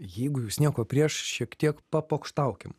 jeigu jūs nieko prieš šiek tiek papokštaukim